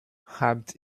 habt